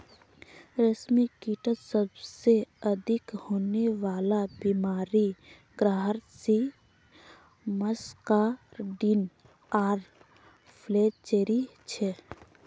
रेशमकीटत सबसे अधिक होने वला बीमारि ग्रासरी मस्कार्डिन आर फ्लैचेरी छे